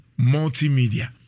multimedia